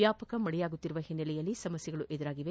ವ್ಯಾಪಕ ಮಳೆಯಾಗುತ್ತಿರುವ ಹಿನ್ನೆಲೆಯಲ್ಲಿ ಸಮಸ್ಥೆಗಳು ಎದುರಾಗಿದೆ